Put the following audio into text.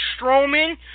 Strowman